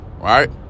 Right